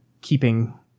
keeping